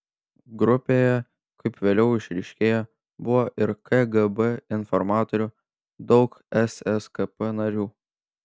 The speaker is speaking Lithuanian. grupėje kaip vėliau išryškėjo buvo ir kgb informatorių daug sskp narių